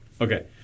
Okay